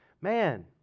Man